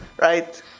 Right